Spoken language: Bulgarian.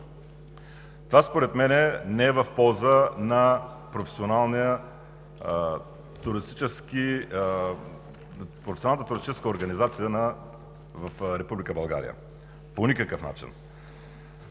Това, според мен, не е в полза на професионалната туристическа организация в Република България